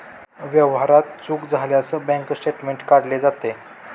व्यवहारात चूक झाल्यास बँक स्टेटमेंट काढले जाते